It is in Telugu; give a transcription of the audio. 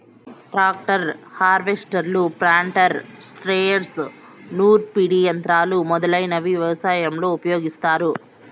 ట్రాక్టర్, హార్వెస్టర్లు, ప్లాంటర్, స్ప్రేయర్స్, నూర్పిడి యంత్రాలు మొదలైనవి వ్యవసాయంలో ఉపయోగిస్తారు